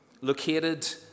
located